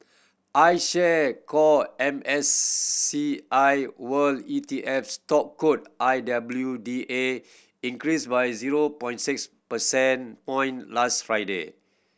I Share Core M S C I World E T F stock code I W D A increased by zero point six percent point last Friday